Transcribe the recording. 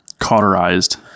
cauterized